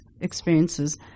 experiences